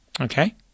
Okay